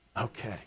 Okay